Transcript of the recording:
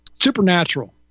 supernatural